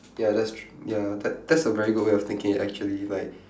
ya that's tr~ ya that's that's a very good way of thinking actually like